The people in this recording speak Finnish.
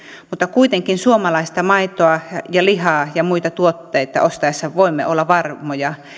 kuitenkin suomalaista maitoa ja lihaa ja muita tuotteita ostaessa voimme olla varmoja